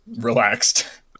relaxed